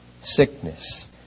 sickness